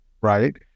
right